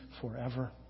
forever